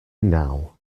now